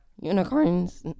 Unicorns